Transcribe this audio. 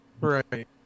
Right